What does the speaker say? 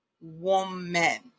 woman